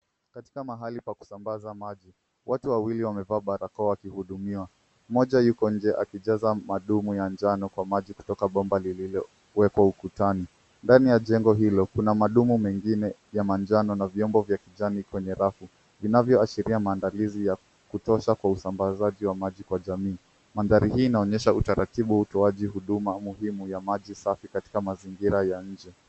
Katika mahali pa kusambaza maji, watu wawili wamevaa barakoa wakihudumiwa. Mmoja yuko nje akijaza madumu ya njano kwa maji kutoka bomba lililowekwa ukutani. Ndani ya jengo hilo, kuna madumu mengine ya manjano na vyombo vya kijani kwenye rafu inavyoashiria maandalizi ya kutosha kwa usambazaji wa maji kwa jamii. Mandhari hii inaonyesha utaratibu wa utoaji huduma muhimu yamaji safi katika mazingira ya nje.